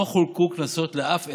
לא חולקו קנסות לאף עסק,